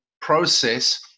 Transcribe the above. process